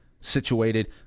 situated